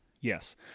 yes